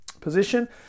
position